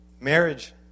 marriage